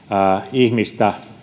ihmistä